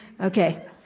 Okay